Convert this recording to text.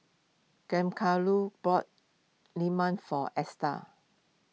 Giancarlo bought Lemang for Esta